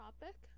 topic